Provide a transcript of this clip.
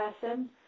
person